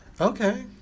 Okay